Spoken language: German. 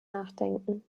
nachdenken